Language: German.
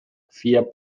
vier